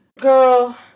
girl